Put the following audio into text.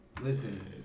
Listen